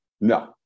No